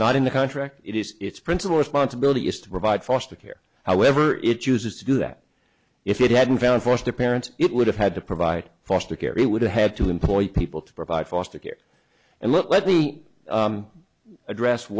not in the contract it is its principal responsibility is to provide foster care however it chooses to do that if it hadn't found force the parents it would have had to provide foster care it would have had to employ people to provide foster care and let me address